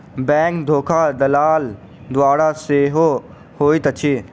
bank धोखा दलाल द्वारा सेहो होइत अछि